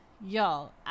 y'all